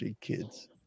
kids